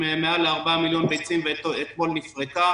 יותר מ-4 מיליון ביצים ואתמול נפרקה,